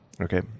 Okay